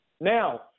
Now